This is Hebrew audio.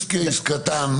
טסט קייס קטן,